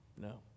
No